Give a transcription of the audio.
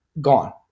gone